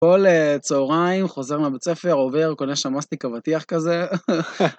כל צהריים, חוזר מהבית הספר, עובר, קונה שם מסתיק אבטיח כזה.